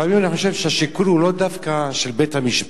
לפעמים אני חושב שהשיקול הוא לא דווקא של בית-המשפט.